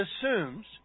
assumes